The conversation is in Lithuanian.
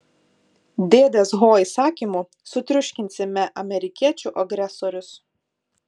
dėdės ho įsakymu sutriuškinsime amerikiečių agresorius